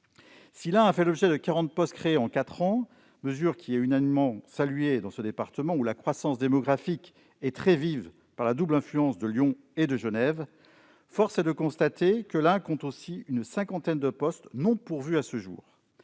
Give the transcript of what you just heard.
de la création de 40 postes en quatre ans, mesure qui est unanimement saluée dans ce département où la croissance démographique est très vive sous la double influence de Lyon et de Genève, force est de constater qu'une cinquantaine de postes ne sont pas pourvus à ce jour.